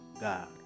God